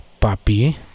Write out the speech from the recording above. Papi